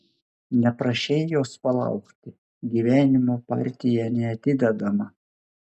neprašei jos palaukti gyvenimo partija neatidedama